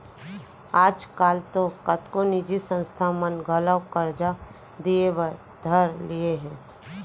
आज काल तो कतको निजी संस्था मन घलौ करजा दिये बर धर लिये हें